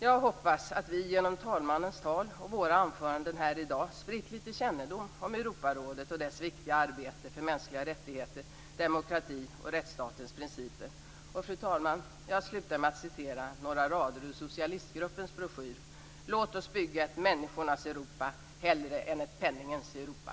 Jag hoppas att vi genom talmannens tal och våra anföranden här i dag spritt lite kännedom om Europarådet och dess viktiga arbete för mänskliga rättigheter, demokrati och rättsstatens principer. Fru talman! Jag slutar med att läsa några ord ur socialistgruppens broschyr: Låt oss bygga ett människornas Europa hellre än ett penningens Europa!